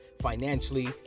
financially